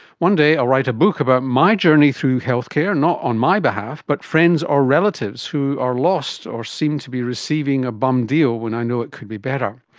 one day i'll write a book about my journey through healthcare, not on my behalf but friends or relatives who are lost or seem to be receiving a bum deal when i know it could be better.